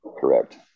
Correct